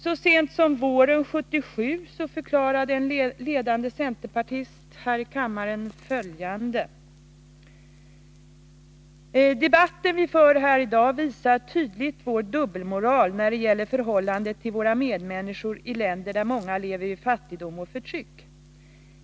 Så sent som våren 1977 förklarade en ledande centerpartist här i kammaren följande: ”Debatten vi för här i dag visar tydligt vår dubbelmoral när det gäller förhållandet till våra medmänniskor i länder där många lever i fattigdom och förtryck.